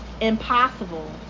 impossible